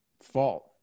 fault